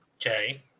Okay